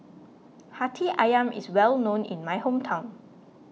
Hati Ayam is well known in my hometown